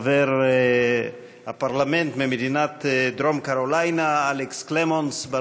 חבר הפרלמנט ממדינת דרום קרוליינה אלן קלמונס,